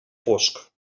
fosc